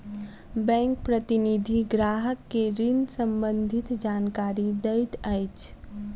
bank प्रतिनिधि ग्राहक के ऋण सम्बंधित जानकारी दैत अछि